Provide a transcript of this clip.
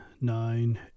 nine